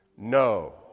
No